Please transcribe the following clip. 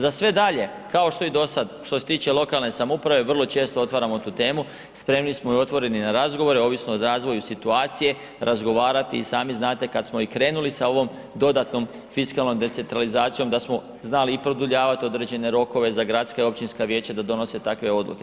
Za sve dalje, kao što i dosad, što se tiče lokalne samouprave vrlo često otvaramo tu temu, spremni smo i otvoreni na razgovore, ovisno o razvoju situacije, razgovarati i sami znate, kada smo krenuli sa ovom dodatnom fiskalnom decentralizacijom, da smo znali i produljavati određene rokove za gradska i općinska vijeća da donese takve odluke.